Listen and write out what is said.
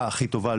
בוועדה הכי טובה,